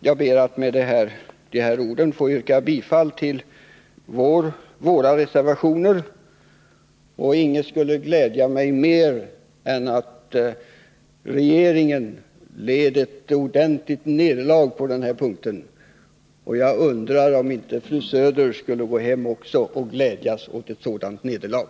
Jag ber att med de här orden få yrka bifall till våra reservationer. Ingenting skulle glädja mig mer än att regeringen led ett ordentligt nederlag på den här punkten. Jag undrar om inte fru Söder också skulle gå hem och glädjas åt ett sådant nederlag.